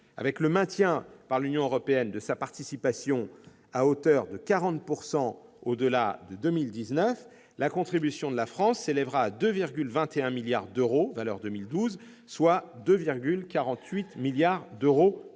Avec le maintien par l'Union européenne de sa participation à hauteur de 40 % au-delà de 2019, la contribution de la France s'élèvera à 2,21 milliards d'euros valeur 2012, soit 2,48 milliards d'euros courants.